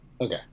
okay